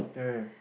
yeah yeah